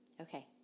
Okay